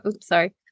sorry